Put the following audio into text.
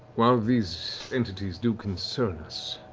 while these entities do concern us,